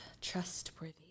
trustworthy